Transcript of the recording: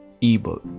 ebook